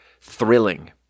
thrilling